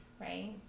Right